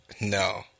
No